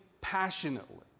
passionately